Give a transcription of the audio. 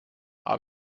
aber